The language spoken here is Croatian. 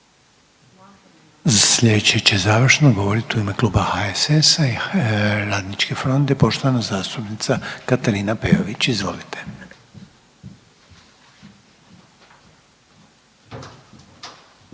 Sljedeći će završno govoriti u ime Kluba HSS-a i Radničke fronte, poštovana zastupnica Katarina Peović. Izvolite.